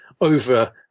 over